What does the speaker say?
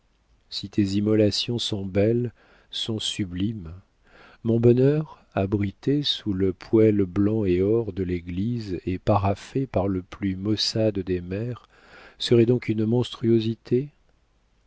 si tes immolations sont belles sont sublimes mon bonheur abrité sous le poêle blanc et or de l'église et paraphé par le plus maussade des maires serait donc une monstruosité